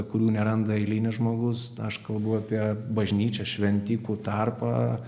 kurių neranda eilinis žmogus aš kalbu apie bažnyčią šventikų tarpą